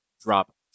drop